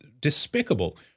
despicable